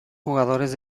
jugadores